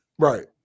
Right